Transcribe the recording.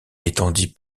étendit